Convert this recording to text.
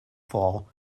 fall